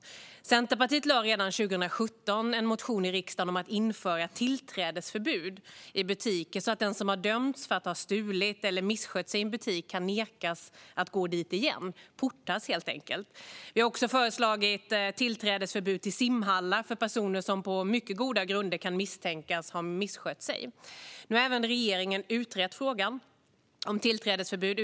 Centerpartiet lade redan 2017 en motion i riksdagen om att införa ett tillträdesförbud i butiker så att den som har dömts för att ha stulit eller misskött sig i en butik kan nekas att gå dit igen - portas, helt enkelt. Vi har också föreslagit tillträdesförbud till simhallar för personer som på mycket goda grunder kan misstänkas ha misskött sig. Nu har även regeringen utrett frågan om tillträdesförbud.